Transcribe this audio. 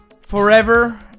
Forever